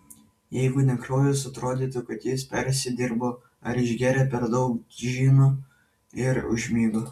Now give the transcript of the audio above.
jeigu ne kraujas atrodytų kad jis persidirbo ar išgėrė per daug džino ir užmigo